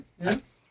Yes